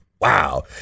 wow